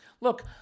Look